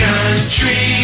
Country